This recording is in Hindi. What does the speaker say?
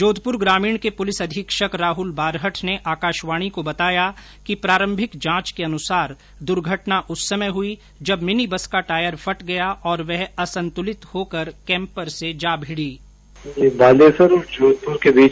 जोधपुर ग्रामीण के पुलिस अधीक्षक राहल बारहठ ने आकाशवाणी को बताया कि प्रारंभिक जांच को अनुसार दुर्घटना उस समय हुई जब मिनी बस का टायर फट गया और वह असंतुलित होकर कैम्पर से जा भिडी